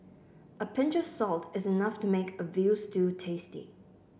a pinch of salt is enough to make a veal stew tasty